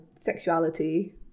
sexuality